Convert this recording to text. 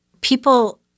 people